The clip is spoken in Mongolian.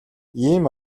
ийм